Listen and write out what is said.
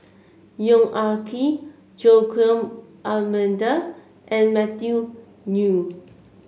Yong Ah Kee Joaquim D'Almeida and Matthew Ngui